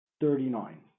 thirty-nine